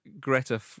Greta